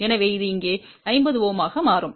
எனவே அது இங்கே 50 Ω ஆக மாறும்